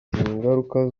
ingaruka